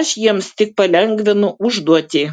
aš jiems tik palengvinu užduotį